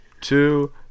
two